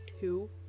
two